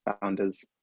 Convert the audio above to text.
founders